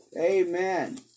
amen